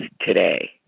today